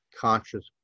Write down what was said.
conscious